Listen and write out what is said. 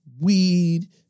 weed